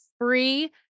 free